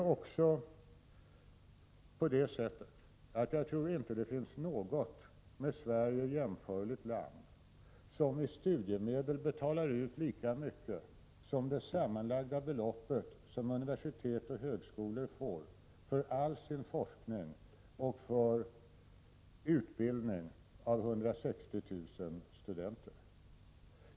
Jag tror inte att det finns något med Sverige jämförligt land som i form av studiemedel betalar ut lika mycket som det sammanlagda beloppet som universitet och högskolor får för all sin forskning och för utbildning av 160 000 studenter.